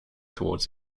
towards